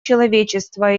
человечества